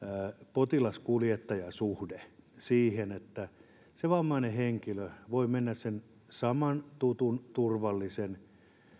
potilas kuljettaja suhde niin että se vammainen henkilö voi mennä sen saman tutun turvallisen